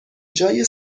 جای